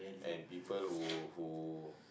and people who who